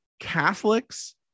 Catholics